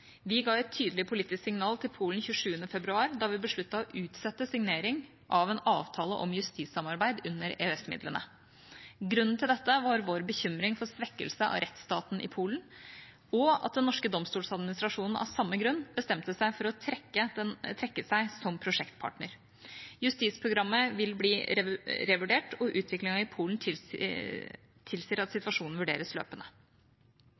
Vi ga et tydelig politisk signal til Polen 27. februar da vi besluttet å utsette signering av en avtale om justissamarbeid under EØS-midlene. Grunnen til dette var vår bekymring for svekkelse av rettsstaten i Polen, og at den norske domstoladministrasjonen av samme grunn bestemte seg for å trekke seg som prosjektpartner. Justisprogrammet vil bli revurdert, og utviklingen i Polen tilsier at situasjonen vurderes løpende.